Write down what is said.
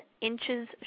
Inches